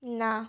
না